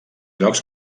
llocs